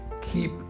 Keep